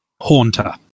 Haunter